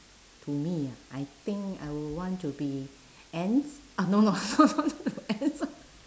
to me ah I think I would want to be ants oh no no ants